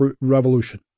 revolution